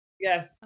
yes